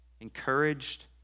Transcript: encouraged